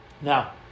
Now